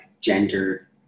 gender